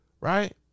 right